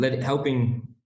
helping